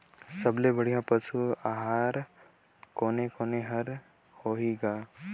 सबले बढ़िया पशु आहार कोने कोने हर होही ग?